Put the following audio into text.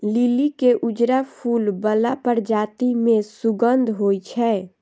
लिली के उजरा फूल बला प्रजाति मे सुगंध होइ छै